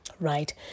right